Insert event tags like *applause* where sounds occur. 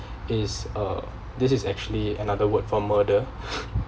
is uh this is actually another word for murder *breath*